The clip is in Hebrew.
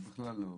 הוא בכלל לא קשור.